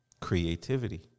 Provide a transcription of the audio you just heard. Creativity